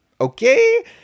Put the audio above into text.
okay